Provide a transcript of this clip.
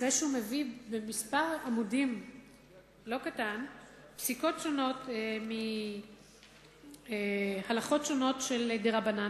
אחרי שהוא מביא במספר עמודים לא קטן פסיקות שונות מהלכות שונות של רבנן,